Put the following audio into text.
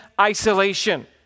isolation